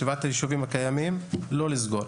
שבעת היישובים הקיימים לא לסגור,